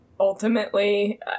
Ultimately